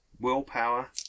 willpower